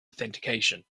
authentication